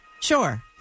Sure